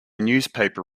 newspaper